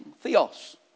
Theos